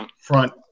front